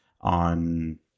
on